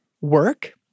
work